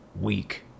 weak